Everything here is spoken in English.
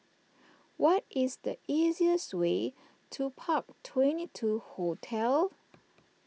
what is the easiest way to Park Twenty two Hotel